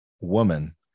woman